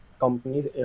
companies